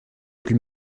plus